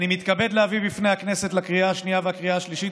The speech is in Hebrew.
אני מתכבד להביא בפני הכנסת לקריאה השנייה ולקריאה השלישית